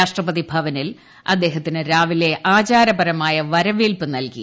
രാഷ്ട്രപതി ഭവനിൽ അദ്ദേഹത്തിന് രാവിലെ ആചാരപരമായ വരവേൽപ്പ് നൽകി